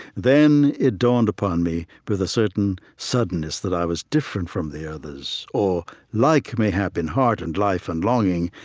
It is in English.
then it dawned upon me with a certain suddenness that i was different from the others or like, mayhap, in heart and life and longing,